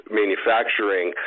manufacturing